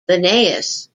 linnaeus